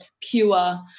pure